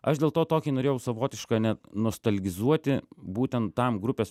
aš dėl to tokį norėjau savotišką net nostalgizuoti būtent tam grupės